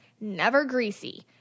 never-greasy